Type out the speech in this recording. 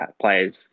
players